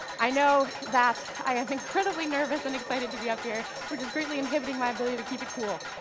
i know that i'm incredibly nervous and excited to be up here, which is greatly inhibiting my ability to keep it cool.